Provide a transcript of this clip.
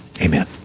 Amen